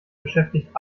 beschäftigt